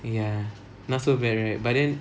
ya not so bad right but then